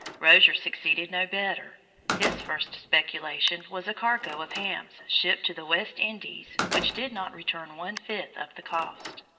rozier succeeded no better his first speculation was a cargo of hams shipped to the west indies which did not return one fifth of the cost.